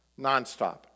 nonstop